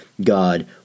God